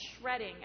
shredding